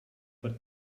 but